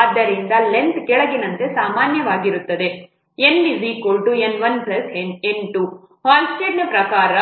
ಆದ್ದರಿಂದಲೆಂಥ್ ಕೆಳಗಿನಂತೆ ಸಮಾನವಾಗಿರುತ್ತದೆ NN1N2 ಹಾಲ್ಸ್ಟೆಡ್ನ ಪ್ರಕಾರ